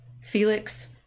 Felix